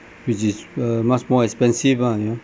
which is uh much more expensive ah you know